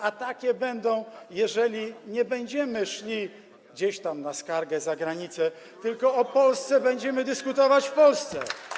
A takie będą, jeżeli nie będziemy szli gdzieś tam za granicę na skargę, tylko o Polsce będziemy dyskutować w Polsce.